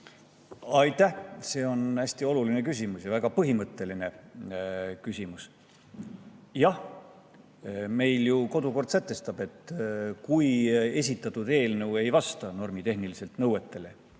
Aitäh! See on hästi oluline ja väga põhimõtteline küsimus. Jah, meil ju kodukord sätestab, et kui esitatud eelnõu ei vasta normitehniliselt nõuetele,